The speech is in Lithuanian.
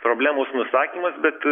problemos nusakymas bet